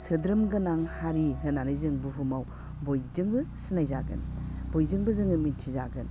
सोद्रोम गोनां हारि होननानै जों बुहुमाव बयजोंबो सिनाय जागोन बयजोंबो जोङो मिथिजागोन